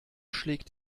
schlägt